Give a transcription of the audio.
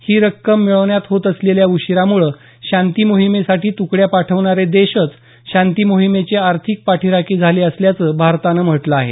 ही रक्कम मिळण्यात होत असलेल्या उशिरामुळं शांती मोहिमेसाठी तुकड्या पाठवणारे देशच शांती मोहिमेचे आर्थिक पाठीराखे झाले असल्याचं भारतानं म्हटलं आहे